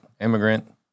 immigrant